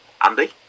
Andy